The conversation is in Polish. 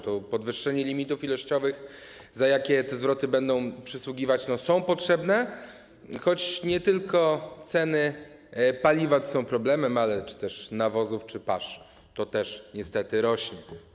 To podwyższenie limitów ilościowych, za jakie te zwroty będą przysługiwać, jest potrzebne, choć nie tylko ceny paliwa są problemem, ale też ceny nawozów czy pasz, bo one też niestety rosną.